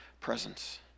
presence